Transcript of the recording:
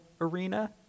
arena